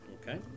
Okay